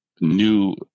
new